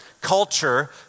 culture